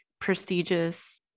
prestigious